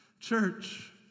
Church